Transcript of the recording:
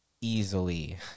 easily